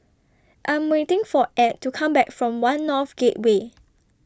I Am waiting For Add to Come Back from one North Gateway